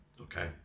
okay